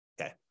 Okay